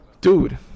Dude